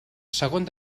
segon